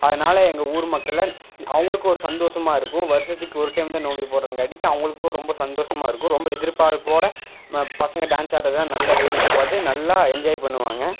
அதனால எங்கள் ஊர் மக்கள்லாம் அவங்களுக்கு ஒரு சந்தோஷமா இருக்கும் வருடத்துக்கு ஒரு டைம் தான் நோம்பு போடறாங்காட்டிக்கும் அவங்களுக்கும் ரொம்ப சந்தோஷமா இருக்கும் ரொம்ப எதிர்பார்ப்போடு நா பசங்க டான்ஸ் ஆடுறத நல்லா வேடிக்கை பார்த்து நல்லா என்ஜாய் பண்ணுவாங்க